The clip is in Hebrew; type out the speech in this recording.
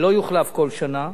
שלא יוחלף כל שנה,